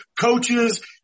coaches